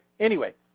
anyway,